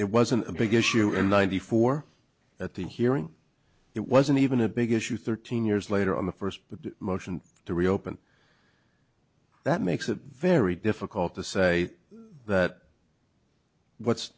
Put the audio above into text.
it wasn't a big issue in ninety four at the hearing it wasn't even a big issue thirteen years later on the first the motion to reopen that makes it very difficult to say that w